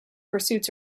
pursuits